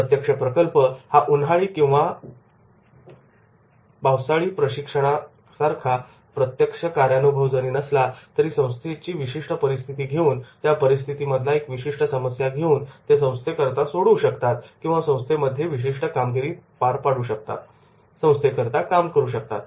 प्रत्यक्ष प्रकल्प हा उन्हाळी किंवा शिव आळी प्रशिक्षणासारखा प्रत्यक्ष कार्यानुभव जरी नसला तरी संस्थेची विशिष्ट परिस्थिती घेऊन त्या परिस्थितीमधला एक विशिष्ट समस्या घेऊन ते संस्थे करता करता सोडवू शकतात किंवा संस्थेमध्ये विशिष्ट कामगिरी पार पाडून संस्थेकरीता करिता काम करू शकतात